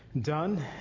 done